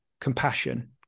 Compassion